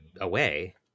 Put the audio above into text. away